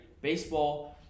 baseball